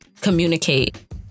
communicate